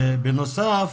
בנוסף,